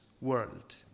world